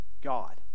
God